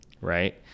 right